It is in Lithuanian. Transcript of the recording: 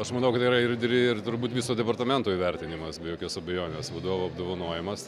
aš manau kad tai yra ir ir turbūt viso departamento įvertinimas be jokios abejonės vadovo apdovanojimas